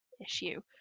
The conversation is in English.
issue